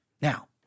Now